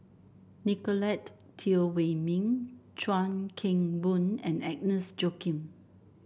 Nicolette Teo Wei Min Chuan Keng Boon and Agnes Joaquim